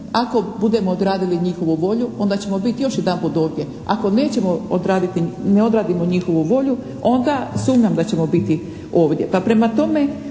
ako budemo odradili njihovu volju onda ćemo biti još jedanput ovdje. Ako nećemo odraditi, ne odradimo njihovu volju onda sumnjam da ćemo biti ovdje.